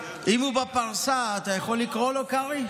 אם הוא בפרסה, אתה יכול לקרוא לו, קרעי?